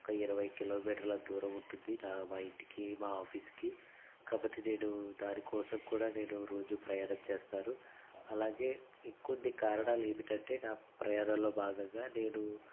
ఒక ఇరవై కిలోమీటర్ల దూరం ఉంటుంది నా మా ఇంటికి మా ఆఫీస్కి కాబట్టి నేను దానికోసం కూడా నేను రోజు ప్రయాణం చేస్తాను అలాగే ఇంకొన్ని కారణాలేమిటంటే నాకు ప్రయాణంలో భాగంగా నేను